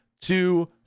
two